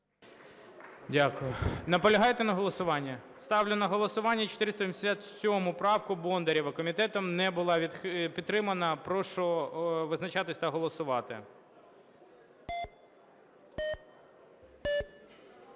Дякую. Наполягаєте на голосуванні? Ставлю на голосування 487 правку Бондарєва. Комітетом не була підтримана. Прошу визначатися та голосувати.